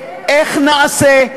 איך נעשה,